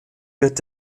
wird